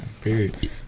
period